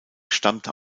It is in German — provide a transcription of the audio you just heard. stammte